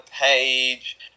page